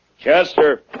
Chester